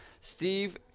Steve